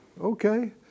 okay